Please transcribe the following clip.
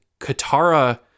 Katara